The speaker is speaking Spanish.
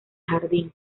jardín